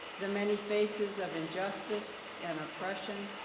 the many faces of injustice and oppression,